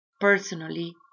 personally